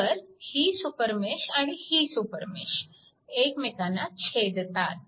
तर ही सुपरमेश आणि ही सुपरमेश एकमेकांना छेदतात